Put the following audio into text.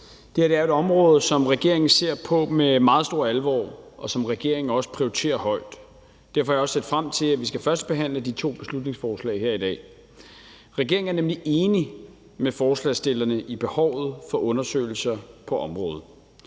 Det her er jo et område, som regeringen ser på med meget stor alvor, og som regeringen også prioriterer højt. Derfor har jeg også set frem til, at vi skal førstebehandle de to beslutningsforslag her i dag. Regeringen er nemlig enig med forslagsstillerne i behovet for undersøgelser på området.